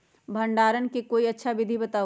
भंडारण के कोई अच्छा विधि बताउ?